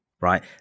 Right